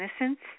innocence